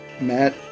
Matt